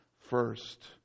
First